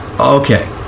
Okay